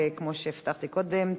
וכמו שהבטחתי קודם,